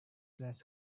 less